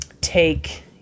take